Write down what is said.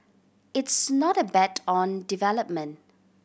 it's not a bet on development